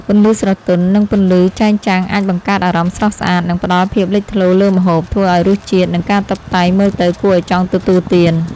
ពន្លឺស្រទន់ និងពន្លឺចែងចាំងអាចបង្កើតអារម្មណ៍ស្រស់ស្អាត និងផ្តល់ភាពលេចធ្លោលើម្ហូប ធ្វើឲ្យរសជាតិ និងការតុបតែងមើលទៅគួរឲ្យចង់ទទួលទាន។